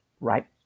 right